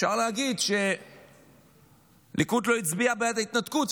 אפשר להגיד שהליכוד לא הצביע בעד ההתנתקות,